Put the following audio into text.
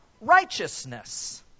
righteousness